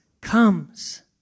comes